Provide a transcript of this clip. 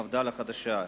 מפד"ל החדשה: